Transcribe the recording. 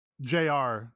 JR